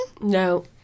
No